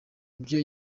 ibyo